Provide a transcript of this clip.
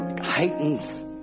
heightens